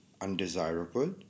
undesirable